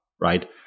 Right